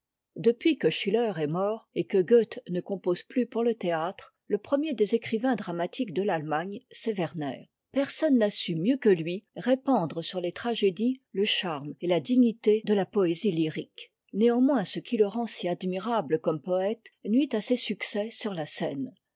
depuis que schiller est mort et que goethe ne compose plus pour le théâtre le premier des écrivains dramatiques de l'allemagne c'est werner personne n'a su mieux que lui répandre sur les tragédies le charme et la dignité de la poésie lyrique néanmoins ce'qui le rend si admirable comme poëte nuit à ses succès sur la scène